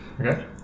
okay